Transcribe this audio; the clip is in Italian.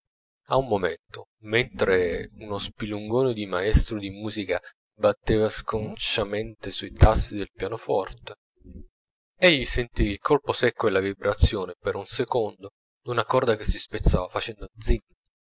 a un momento mentre uno spilungone di maestro di musica batteva sconciamente sui tasti del pianoforte egli sentì il colpo secco e la vibrazione per un secondo d'una corda che si spezzava facendo zin